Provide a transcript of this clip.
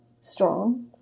strong